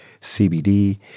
CBD